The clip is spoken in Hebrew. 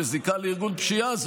בזיקה לארגון פשיעה,